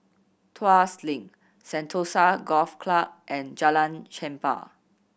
Tuas Link Sentosa Golf Club and Jalan Chempah